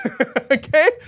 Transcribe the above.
Okay